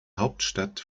hauptstadt